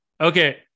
okay